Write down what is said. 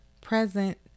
present